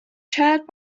chaired